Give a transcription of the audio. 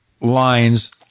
lines